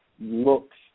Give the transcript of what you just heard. looks